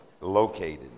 located